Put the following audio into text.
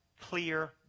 clear